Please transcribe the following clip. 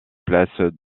places